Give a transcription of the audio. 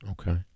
Okay